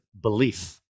belief